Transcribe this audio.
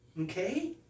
Okay